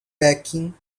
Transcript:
backing